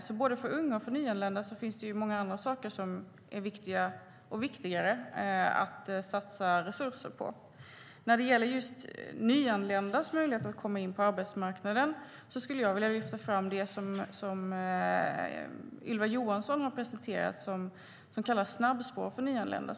För både unga och nyanlända finns det många andra saker som är viktiga - och viktigare - att satsa resurser på. När det gäller nyanländas möjligheter att komma in på arbetsmarknaden skulle jag vilja lyfta fram det Ylva Johansson har presenterat, det som kallas snabbspår för nyanlända.